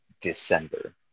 December